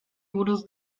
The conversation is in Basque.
buruz